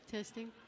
Testing